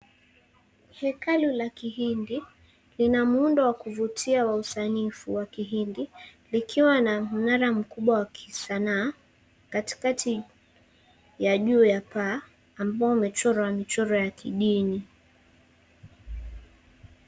Hekalu la kihindi lina muundo wa kuvutia wa usanifu wa Kihindi, likiwa na mnara mkubwa wa kisanaa, katikati ya juu ya paa ambao umechorwa michoro ya kidini.